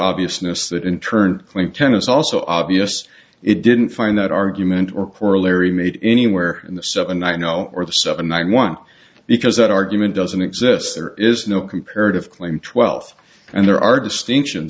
obviousness that in turn playing tennis also obvious it didn't find that argument or corollary made anywhere in the seven i know or the seven nine one because that argument doesn't exist there is no comparative claim twelth and there are distinction